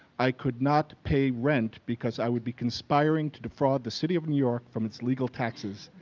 i could not pay rent because i would be conspiring to defraud the city of new york from its legal taxes.